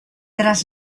tras